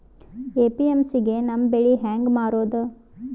APMC ಗೆ ನಮ್ಮ ಬೆಳಿ ಹೆಂಗ ಮಾರೊದ?